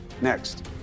next